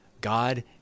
God